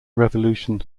revolution